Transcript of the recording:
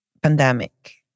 pandemic